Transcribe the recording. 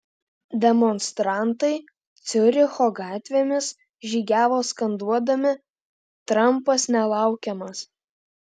demonstrantai ciuricho gatvėmis žygiavo skanduodami trampas nelaukiamas